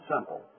simple